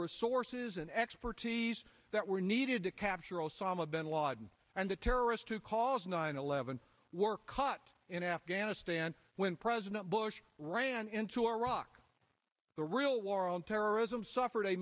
resources and expertise that were needed to capture osama bin laden and the terrorists who caused nine eleven were caught in afghanistan when president bush ran into iraq the real war on terrorism suffered a